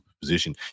position